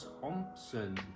Thompson